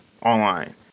online